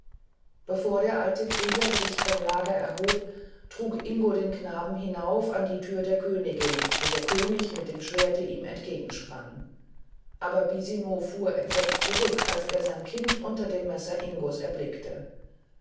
bevor der alte krieger sich vom lager erhob trug ingo den knaben hinauf an die tür der königin wo der könig mit dem schwerte ihm entgegensprang aber bisino fuhr entsetzt zurück als er sein kind unter dem messer ingos erblickte